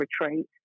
retreat